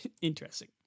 Interesting